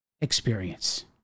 experience